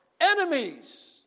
Enemies